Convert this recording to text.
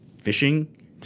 fishing